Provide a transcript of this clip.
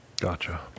Gotcha